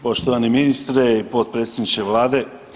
Poštovani ministre, potpredsjedniče Vlade.